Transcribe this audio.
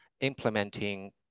implementing